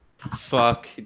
fuck